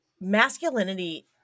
masculinity